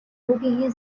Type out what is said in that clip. хүүгийнхээ